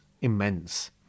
immense